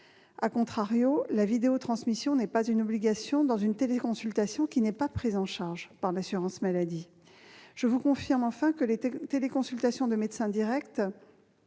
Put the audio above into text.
»., la vidéotransmission n'est pas une obligation dans une téléconsultation qui n'est pas prise en charge par l'assurance maladie. Je vous confirme, enfin, que les téléconsultations de médecins directs